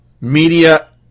Media